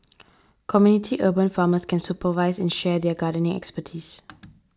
community urban farmers can supervise and share their gardening expertise